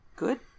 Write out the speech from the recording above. good